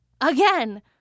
Again